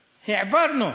העברנו,